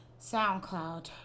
SoundCloud